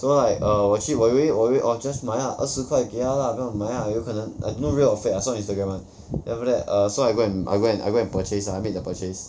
so like err 我去我以为我以为 orchard 买那二十快给他 lah 那买 lah 有可能 I don't know real or fake ah I saw Instagram one then after that err so I go and I go and I go and purchase lah make the purchase